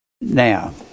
Now